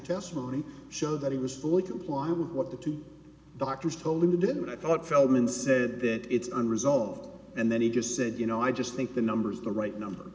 testimony showed that he was fully comply with what the two doctors told him to did and i thought feldman said that it's unresolved and then he just said you know i just think the numbers the right number